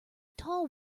tall